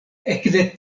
ekde